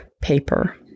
paper